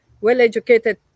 well-educated